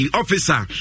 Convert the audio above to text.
officer